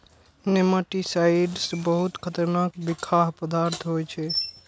nematicides बहुत खतरनाक बिखाह पदार्थ होइ छै